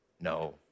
No